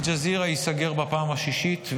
אל-ג'זירה ייסגר בפעם השישית,